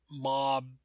mob